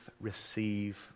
receive